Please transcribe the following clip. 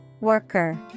Worker